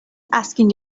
asking